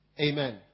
Amen